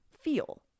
feel